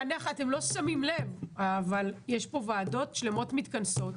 אתם לא שמים לב אבל יש פה ועדות שלמות שמתכנסות,